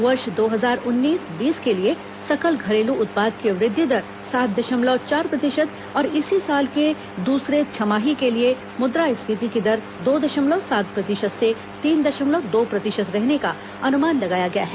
वर्ष दो हजार उन्नीस बीस के लिए सकल घरेलू उत्पाद की वृद्धि दर सात दशमलव चार प्रतिशत और इसी साल की दूसरे छमाही के लिए मुद्रास्फीति की दर दो दशमलव सात प्रतिशत से तीन दशमलव दो प्रतिशत रहने का अनुमान लगाया गया है